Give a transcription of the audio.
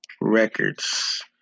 records